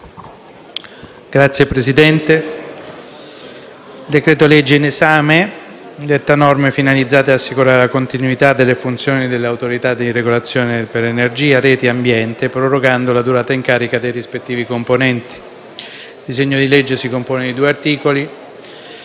Signor Presidente, il decreto-legge in esame detta norme finalizzate ad assicurare la continuità delle funzioni dell'Autorità di regolazione per energia, reti e ambiente, prorogando la durata in carica dei rispettivi componenti. Il disegno di legge si compone di due articoli.